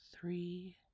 three